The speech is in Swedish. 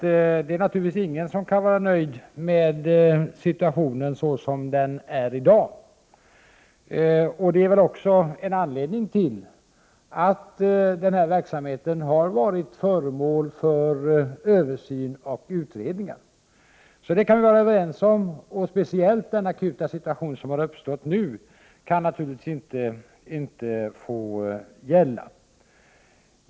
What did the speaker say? Ingen kan naturligtvis vara nöjd med situationen såsom den är i dag. Det är väl också en anledning till att verksamheten har varit föremål för översyn och utredningar. Detta kan vi alltså vara överens om. Speciellt kan naturligtvis inte den akuta situation som nu har uppstått få gälla.